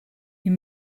you